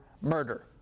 murder